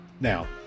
Now